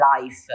Life